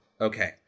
Okay